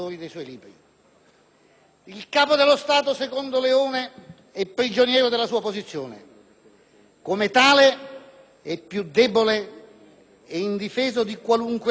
Il Capo dello Stato, secondo Leone, è prigioniero della sua posizione e come tale è più debole ed indifeso di qualunque altro uomo politico.